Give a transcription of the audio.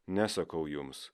ne sakau jums